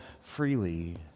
freely